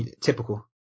typical